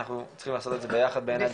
אנחנו צריכים לעשות את זה ביחד בעיניי,